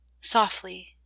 Softly